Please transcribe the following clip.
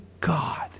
God